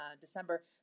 December